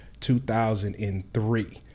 2003